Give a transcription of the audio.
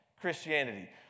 Christianity